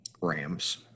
Rams